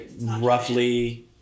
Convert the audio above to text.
roughly